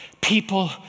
People